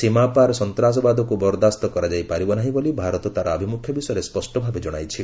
ସୀମାପାର ସନ୍ତାସବାଦକୁ ବରଦାସ୍ତ କରାଯାଇ ପାରିବ ନାହିଁ ବୋଲି ଭାରତ ତାର ଆଭିମୁଖ୍ୟ ବିଷୟରେ ସ୍ୱଷ୍ଟ ଭାବେ ଜଣାଇଛି